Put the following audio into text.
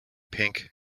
pink